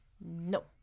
No